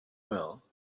well